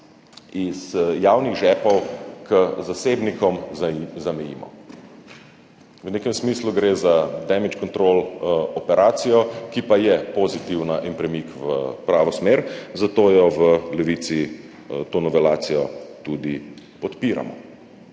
od javnih žepov k zasebnikom zamejimo. V nekem smislu gre za damage control operacijo, ki pa je pozitivna in premik v pravo smer, zato v Levici to novelacijo tudi podpiramo.